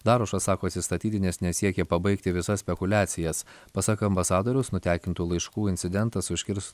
darušas sako atsistatydinęs nesiekia pabaigti visas spekuliacijas pasak ambasadoriaus nutekintų laiškų incidentas užkirs